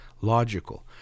logical